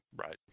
Right